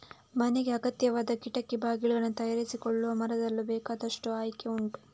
ಮನೆಗೆ ಅಗತ್ಯವಾದ ಕಿಟಕಿ ಬಾಗಿಲುಗಳನ್ನ ತಯಾರಿಸಿಕೊಳ್ಳುವ ಮರದಲ್ಲೂ ಬೇಕಾದಷ್ಟು ಆಯ್ಕೆ ಉಂಟು